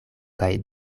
kaj